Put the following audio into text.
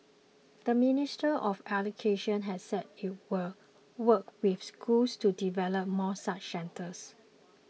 the Ministry of Education has said it will work with schools to develop more such centres